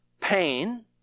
pain